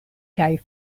kaj